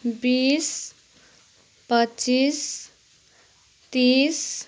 बिस पच्चिस तिस